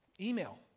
email